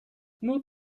nur